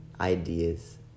ideas